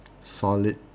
solid